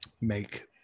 make